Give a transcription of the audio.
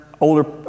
older